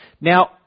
Now